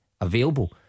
available